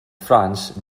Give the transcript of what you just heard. france